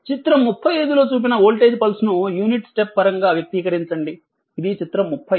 చిత్రం 35 లో చూపిన వోల్టేజ్ పల్స్ ను యూనిట్ స్టెప్ పరంగా వ్యక్తీకరించండి ఇది చిత్రం 35